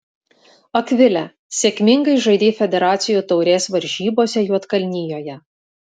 akvile sėkmingai žaidei federacijų taurės varžybose juodkalnijoje